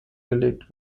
gelegt